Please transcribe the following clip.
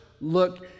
look